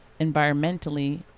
environmentally